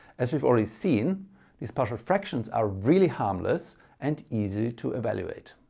as we've already seen these partial fractions are really harmless and easy to evaluate?